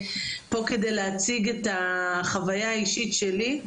פה כדי להציג את החוויה האישית שלי,